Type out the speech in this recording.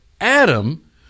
Adam